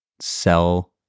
sell